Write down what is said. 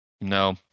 No